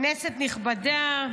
כנסת נכבדה,